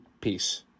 Peace